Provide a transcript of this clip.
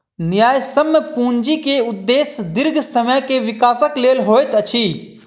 न्यायसम्य पूंजी के उदेश्य दीर्घ समय के विकासक लेल होइत अछि